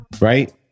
Right